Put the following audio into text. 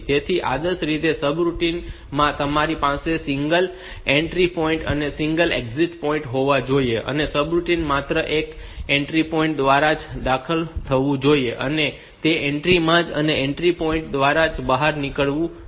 તેથી આદર્શ રીતે સબરૂટીન માં તમારી પાસે સિંગલ એન્ટ્રી પોઈન્ટ અને સિંગલ એક્ઝિટ પોઈન્ટ હોવા જોઈએ અને સબરુટીન માત્ર તે એન્ટ્રી પોઈન્ટ દ્વારા જ દાખલ થવું જોઈએ અને તે એન્ટ્રીમાં જ અને તે એન્ટ્રી પોઈન્ટ દ્વારા જ બહાર નીકળવું જોઈએ